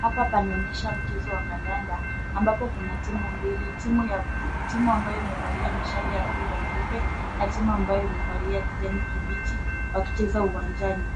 Hapa panaonyesha mchezo wa kandanda ambapo kuna timu mbili. Timu ambayo imevalia mishale ya bluu na nyeupe na timu ambayo imevalia kijani kibichi wakicheza uwanjani.